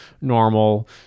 normal